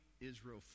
Israel